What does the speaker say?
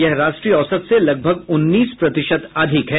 यह राष्ट्रीय औसत से लगभग उन्नीस प्रतिशत अधिक है